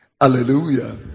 Hallelujah